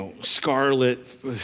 scarlet